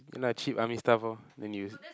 ya lah cheap army stuff lor then you